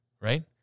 Right